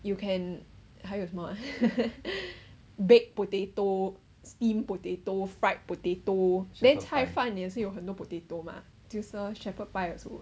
you can 还有什么 baked potato steamed potato fried potato then 菜饭也是有很多 potato mah 就是 lor shepherd pie also